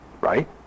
right